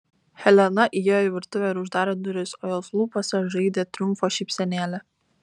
helena įėjo į virtuvę ir uždarė duris o jos lūpose žaidė triumfo šypsenėlė